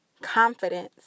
confidence